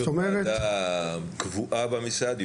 זאת ועדה קבועה במשרד?